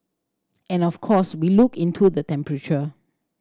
and of course we look into the temperature